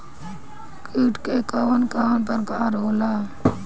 कीट के कवन कवन प्रकार होला?